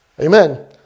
Amen